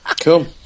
Cool